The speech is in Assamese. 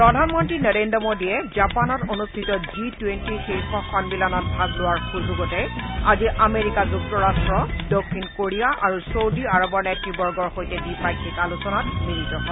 প্ৰধানমন্ত্ৰী নৰেন্দ্ৰ মোডীয়ে জাপানত অনুষ্ঠিত জি টুৱেণ্টি শীৰ্ষ সন্মিলনত ভাগ লোৱাৰ সুযোগতে আজি আমেৰিকা যুক্তৰাষ্ট দক্ষিণ কোৰিয়া আৰু ছৌডি আৰবৰ নেতৃবৰ্গৰ সৈতে দ্বিপাক্ষিক আলোচনাত মিলিত হয়